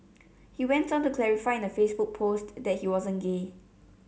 he went on to clarify in the Facebook post that he wasn't gay